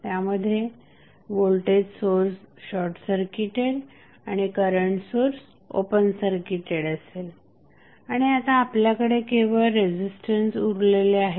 त्यामध्ये voltage source short circuited आणि current source open circuited असेल आणि आता आपल्याकडे केवळ रेझिस्टन्स उरलेले आहेत